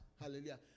Hallelujah